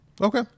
Okay